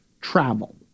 travel